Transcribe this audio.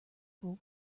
pool